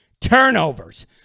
turnovers